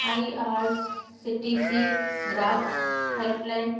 आई R C T C ग्राहक help line